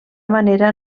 manera